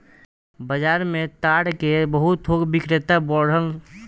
बाजार में ताड़ के बहुत थोक बिक्रेता बाड़न सन